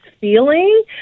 feeling